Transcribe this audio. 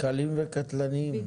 קלים וקטלניים.